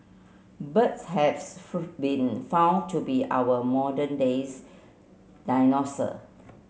birds have been found to be our modern day